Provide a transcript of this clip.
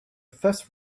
first